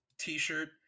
t-shirt